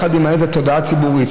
יחד עם תודעה ציבורית,